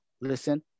listen